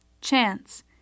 Chance